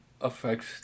affects